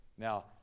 Now